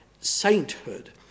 sainthood